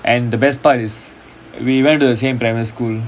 and the best part is we went to the same primary school